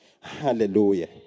Hallelujah